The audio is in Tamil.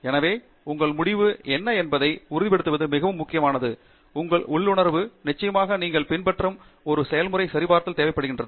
எனவே உங்கள் முடிவு என்ன என்பதை உறுதிப்படுத்துவது மிகவும் முக்கியமானது மற்றும் உங்கள் உள்ளுணர்வு நிச்சயமாக நீங்கள் பின்பற்றிய ஒரு செயல்முறை மற்றும் நிச்சயமாக சரிபார்த்தல் தேவைப்படுகிறது